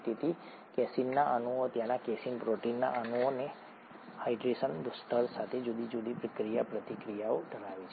તેથી કેસીનના અણુઓ ત્યાંના કેસીન પ્રોટીનના અણુઓ તેમના હાઇડ્રેશન સ્તર સાથે જુદી જુદી ક્રિયાપ્રતિક્રિયાઓ ધરાવે છે